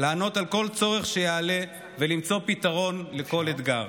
לענות על כל צורך שיעלה ולמצוא פתרון לכל אתגר.